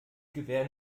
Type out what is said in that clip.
gewehr